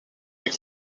avec